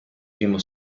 primo